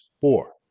four